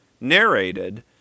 narrated